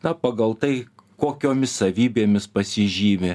na pagal tai kokiomis savybėmis pasižymi